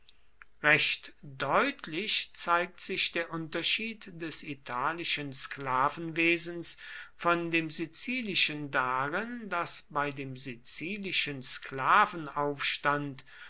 recht deutlich zeigt sich der unterschied des italischen sklavenwesens von dem sizilischen darin daß bei dem sizilischen